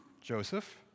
Joseph